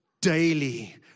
daily